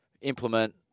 implement